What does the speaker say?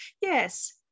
Yes